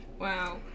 Wow